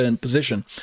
position